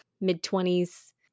mid-twenties